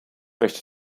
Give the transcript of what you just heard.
möchte